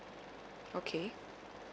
okay